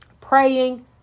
praying